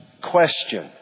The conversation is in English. Question